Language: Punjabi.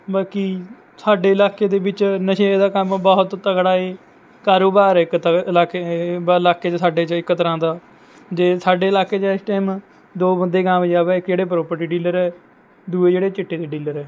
ਬਾਕੀ ਸਾਡੇ ਇਲਾਕੇ ਦੇ ਵਿੱਚ ਨਸ਼ੇ ਦਾ ਕੰਮ ਬਹੁਤ ਤਗੜਾ ਏ ਕਾਰੋਬਾਰ ਐ ਇਕ ਤਰ੍ਹਾਂ ਇਲਾਕੇ ਇਲਾਕੇ ਬ ਸਾਡੇ ਇੱਕ ਤਰ੍ਹਾਂ ਦਾ ਜੇ ਸਾਡੇ ਇਲਾਕੇ ਚੋ ਏਸ ਟੈਮ ਦੋ ਬੰਦੇ ਕਾਮਯਾਬ ਐ ਇੱਕ ਜਿਹੜੇ ਪ੍ਰੋਪਰਟੀ ਡੀਲਰ ਐ ਦੂਏ ਜਿਹੜੇ ਚਿੱਟੇ ਦੇ ਡੀਲਰ ਐ